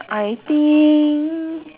I think